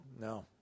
No